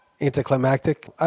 anticlimactic